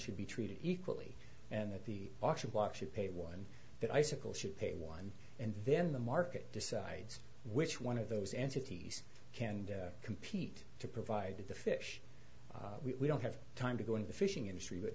should be treated equally and that the auction block should pay one that icicle should pay one and then the market decides which one of those entities can compete to provide the fish we don't have time to go in the fishing industry but